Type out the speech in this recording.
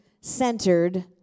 centered